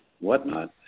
whatnot